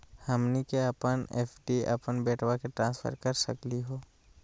हमनी के अपन एफ.डी अपन बेटवा क ट्रांसफर कर सकली हो?